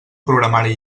programari